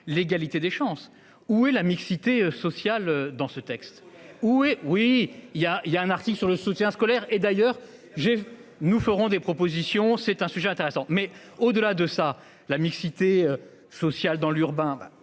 l'égalité des chances, où est la mixité sociale dans ce texte ou hé oui il y a il y a un article sur le soutien scolaire et d'ailleurs j'ai. Nous ferons des propositions. C'est un sujet intéressant. Mais au-delà de ça, la mixité sociale dans l'urbain.